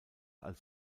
als